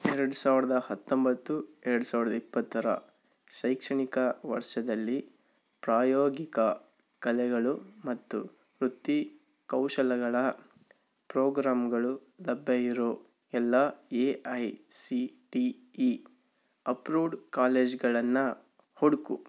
ಎರ್ಡು ಸಾವ್ರದ ಹತ್ತೊಂಬತ್ತು ಎರ್ಡು ಸಾವ್ರದ ಇಪ್ಪತ್ತರ ಶೈಕ್ಷಣಿಕ ವರ್ಷದಲ್ಲಿ ಪ್ರಾಯೋಗಿಕ ಕಲೆಗಳು ಮತ್ತು ವೃತ್ತಿ ಕೌಶಲಗಳ ಪ್ರೋಗ್ರಾಮ್ಗಳು ಲಭ್ಯ ಇರೋ ಎಲ್ಲ A I C T E approved ಕಾಲೇಜುಗಳನ್ನ ಹುಡುಕು